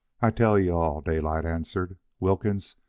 i tell you-all, daylight answered, wilkins,